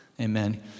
Amen